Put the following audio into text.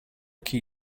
key